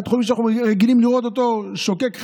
בית חולים שאנחנו רגילים לראות אותו שוקק חיים,